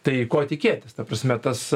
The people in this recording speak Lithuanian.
tai ko tikėtis ta prasme tas